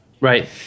Right